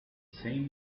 same